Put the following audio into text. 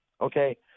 okay